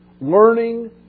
Learning